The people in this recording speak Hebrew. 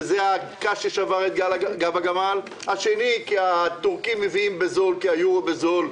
וזה הקש ששבר את גב הגמל; השני כי הטורקים מביאים בזול כי האירו בזול,